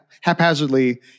haphazardly